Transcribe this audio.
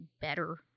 better